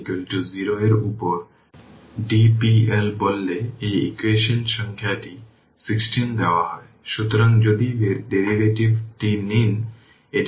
একইভাবে এই ভ্যালুটি 8 অ্যাম্পিয়ারiL1 08 অ্যাম্পিয়ার তাই এটি আসলে 16 96 e t 2 t অ্যাম্পিয়ার এটি t বা 0 এর সমান